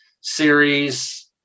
series